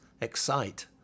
excite